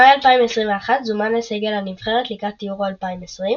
במאי 2021 זומן לסגל הנבחרת לקראת יורו 2020,